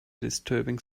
disturbing